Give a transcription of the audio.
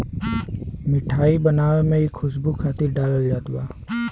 मिठाई बनावे में इ खुशबू खातिर डालल जात बा